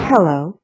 Hello